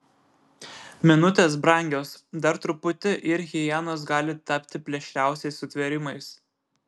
minutės brangios dar truputį ir hienos gali tapti plėšriausiais sutvėrimais